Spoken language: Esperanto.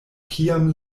kiam